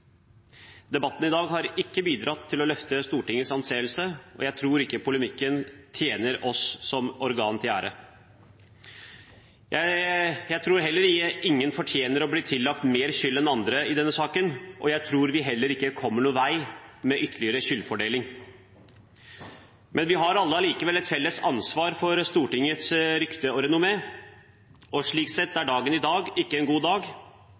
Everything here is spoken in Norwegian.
Debatten i dag har iallfall ikke bidratt til å løfte Stortingets anseelse, og jeg tror ikke polemikken tjener oss som organ til ære. Jeg tror heller ingen fortjener å bli tillagt mer skyld enn andre i denne saken, og jeg tror ikke vi kommer noen vei med ytterligere skyldfordeling. Men vi har alle et felles ansvar for Stortingets rykte og renommé, og slik sett er dagen i dag ikke en god dag